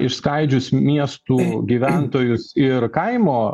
išskaidžius miestų gyventojus ir kaimo